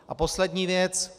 A poslední věc.